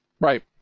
Right